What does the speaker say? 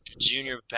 Junior